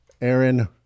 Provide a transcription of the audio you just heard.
aaron